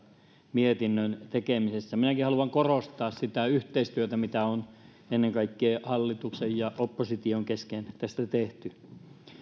mietinnön tekemisestä minäkin haluan korostaa sitä yhteistyötä mitä on ennen kaikkea hallituksen ja opposition kesken tässä tehty